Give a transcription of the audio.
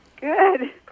Good